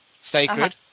Sacred